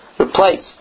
Replaced